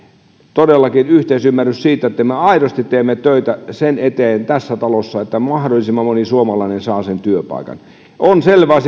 todellakin yhteisymmärrys siitä että me aidosti teemme töitä tässä talossa sen eteen että mahdollisimman moni suomalainen saa sen työpaikan on selvä